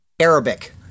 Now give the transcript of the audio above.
Arabic